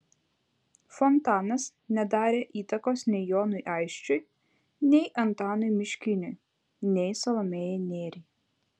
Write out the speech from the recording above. fontanas nedarė įtakos nei jonui aisčiui nei antanui miškiniui nei salomėjai nėriai